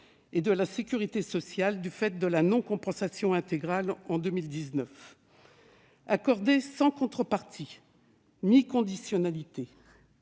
et de la sécurité sociale du fait de la non-compensation intégrale en 2019. Accordées sans contreparties ni conditionnalités,